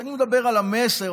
אני מדבר על המסר,